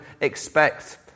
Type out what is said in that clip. expect